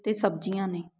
ਅਤੇ ਸਬਜ਼ੀਆਂ ਨੇ